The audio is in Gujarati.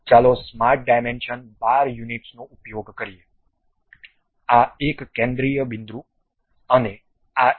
ચાલો સ્માર્ટ ડાયમેન્શન 12 યુનિટ્સનો ઉપયોગ કરીએ આ એક કેન્દ્રિય બિંદુ અને આ એક